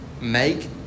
Make